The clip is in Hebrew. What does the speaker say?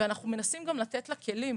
אנחנו מנסים גם לתת לה כלים.